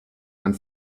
and